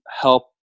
help